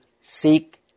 seek